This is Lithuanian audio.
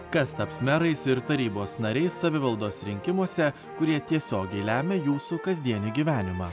kas taps merais ir tarybos nariais savivaldos rinkimuose kurie tiesiogiai lemia jūsų kasdienį gyvenimą